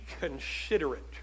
considerate